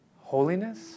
holiness